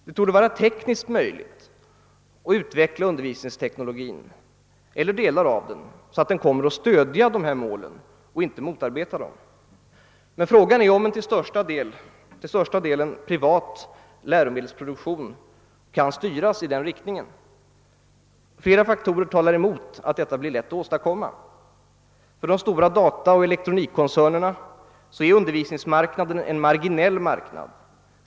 Det torde vara tekniskt möjligt att utveckla undervisningsteknologin eller delar av den, så att den kommer att stödja dessa mål och inte motarbeta dem. Men frågan är om en till största delen privat läromedelsproduktion kan styras i den riktningen. Flera faktorer talar emot att detta blir lätt att åstadkomma. För de stora dataoch elektronikkoncernerna är undervisningsmarknaden en marginell marknad.